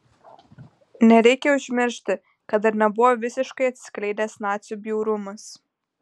nereikia užmiršti kad dar nebuvo visiškai atsiskleidęs nacių bjaurumas